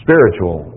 Spiritual